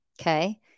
okay